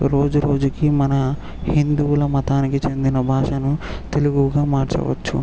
రోజు రోజుకీ మన హిందువుల మతానికి చెందిన భాషను తెలుగుగా మార్చవచ్చు